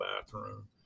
bathroom